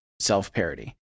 self-parody